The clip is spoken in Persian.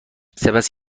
سپس